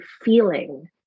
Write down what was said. feeling